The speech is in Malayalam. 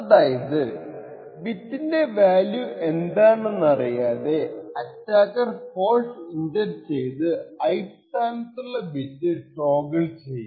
അതായത് ബിറ്റിന്റെ വാല്യൂ എന്താണെന്നറിയാതെ ആറ്റാക്കർ ഫോൾട്ട് ഇൻജെക്റ്റ് ചെയ്തു i സ്ഥാനത്തുള്ള ബിറ്റ് ടോഗ്ൾ ചെയ്യും